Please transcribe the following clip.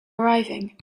arriving